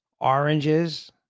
oranges